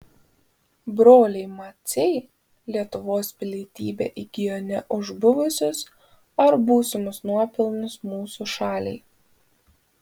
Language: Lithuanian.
broliai maciai lietuvos pilietybę įgijo ne už buvusius ar būsimus nuopelnus mūsų šaliai